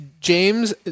James –